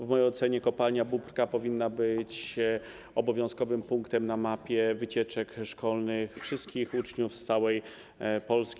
W mojej ocenie kopalnia Bóbrka powinna być obowiązkowym punktem na mapie wycieczek szkolnych wszystkich uczniów z całej Polski.